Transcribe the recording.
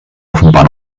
offenbar